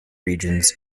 regions